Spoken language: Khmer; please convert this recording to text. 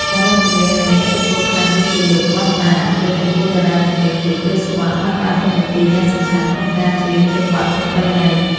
តារាចម្រៀងដែលមានឥទ្ធិពលខ្លាំងដូចជា លោក វណ្ណដា ឬកំពូលតារាចម្រៀង លោក ព្រាប សុវត្ថិ បានដើរតួនាទីយ៉ាងសំខាន់ក្នុងការច្រៀងចង្វាក់ប្រពៃណី។